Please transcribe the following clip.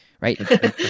right